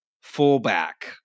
fullback